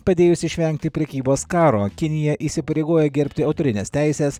padėjusi išvengti prekybos karo kinija įsipareigoja gerbti autorines teises